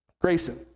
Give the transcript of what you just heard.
Grayson